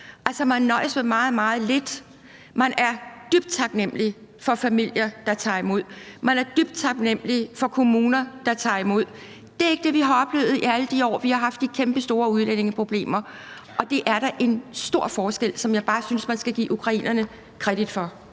Man nøjes med meget, meget lidt, og man er dybt taknemmelig for familier, der tager imod, man er dybt taknemmelig for kommuner, der tager imod. Det er ikke det, vi har oplevet i alle de år, vi har haft de kæmpestore udlændingeproblemer, og det er da en stor forskel, som jeg bare synes man skal give ukrainerne credit for.